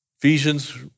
Ephesians